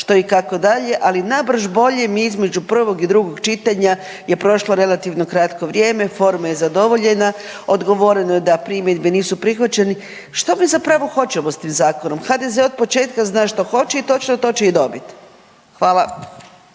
što i kako dalje ali nabrž bolje mi između prvog i drugog čitanja je prošlo je relativno kratko vrijeme, forma je zadovoljena, odgovoreno je da primjedbe nisu prihvaćeni. Što mi zapravo hoćemo s tim zakonom? HDZ od početka zna što hoće i točno to će i dobiti. Hvala.